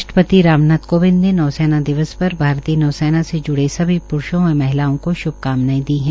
राष्ट्रपति राम नाथ कोविंद ने नौसेना दिवस पर भारतीय नौसेना से ज्ड़े सभी प्रूषों व महिलाओं को श्भकामनाएं दी है